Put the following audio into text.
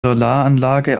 solaranlage